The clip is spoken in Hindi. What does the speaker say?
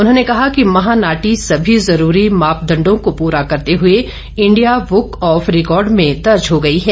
उन्होंने कहा कि महानाटी सभी जरूरी मापदंडों को पूरा करते हुए इंडिया बुक ऑफ रिकॉर्ड में दर्ज हो गई है